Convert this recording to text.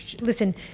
listen